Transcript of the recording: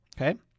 okay